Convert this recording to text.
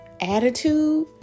attitude